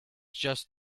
just